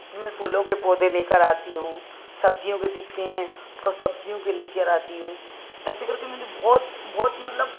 मैं फूलों के पौधे लेकर आती हूँ सब्ज़ियों के दिखते हैं तो सब्ज़ियों के लेकर आती हूँ ऐसे करके मुझे बहुत बहुत मतलब